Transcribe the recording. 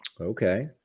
Okay